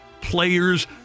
players